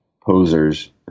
posers